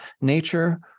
nature